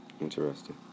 Interesting